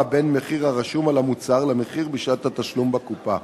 בין מחיר הרשום על המוצר למחיר בשעת התשלום בקופה.